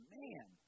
man